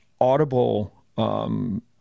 audible